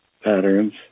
patterns